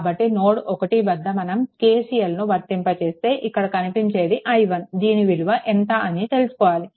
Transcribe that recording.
కాబట్టి నోడ్1 వద్ద మనం KCLను వర్తింప చేస్తే ఇక్కడ కనిపించేది i1 దీని విలువ ఎంత అని తెలుసుకోవాలి